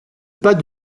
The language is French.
pas